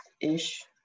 ish